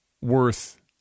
worth